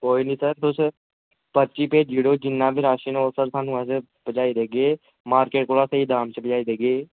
कोई निं सर तुस पर्ची पजाई देओ अस थाह्नूं राशन पजाई देगे मार्किट कोला स्हेई दाम च पजाई देगे